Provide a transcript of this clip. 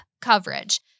coverage